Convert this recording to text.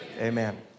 Amen